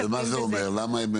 ומה זה אומר מבחינתכם?